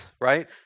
right